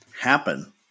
happen